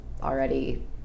already